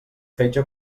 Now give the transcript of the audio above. fetge